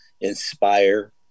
inspire